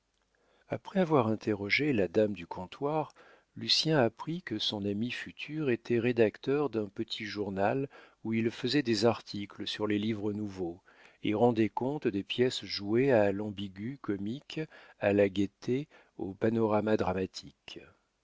après avoir interrogé la dame du comptoir lucien apprit que son ami futur était rédacteur d'un petit journal où il faisait des articles sur les livres nouveaux et rendait compte des pièces jouées à l'ambigu-comique à la gaieté au panorama dramatique